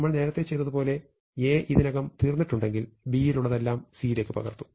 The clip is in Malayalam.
നമ്മൾ നേരത്തെ ചെയ്തതുപോലെ A ഇതിനകം തീർന്നിട്ടുണ്ടെങ്കിൽ B യിലുള്ളതെല്ലാം C യിലേക്ക് പകർത്തും